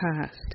past